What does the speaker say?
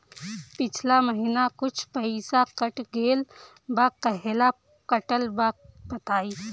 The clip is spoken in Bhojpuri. पिछला महीना कुछ पइसा कट गेल बा कहेला कटल बा बताईं?